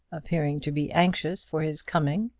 appearing to be anxious for his coming,